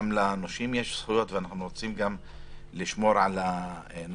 גם לנושים יש זכויות ואנחנו רוצים לשמור על הנושים,